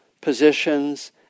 positions